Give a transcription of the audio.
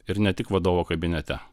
ir ne tik vadovo kabinete